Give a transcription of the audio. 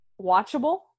watchable